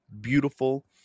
beautiful